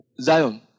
Zion